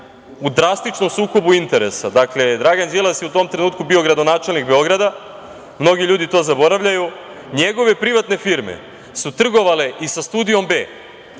u drastičnom sukobu interesa, dakle, Dragan Đilas je u tom trenutku bio gradonačelnik Beograda, mnogi ljudi to zaboravljaju, njegove privatne firme su trgovale i sa Studijom B